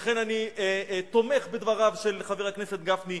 לכן אני תומך בדבריו של חבר הכנסת גפני,